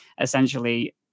essentially